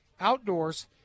outdoors